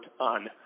on